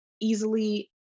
easily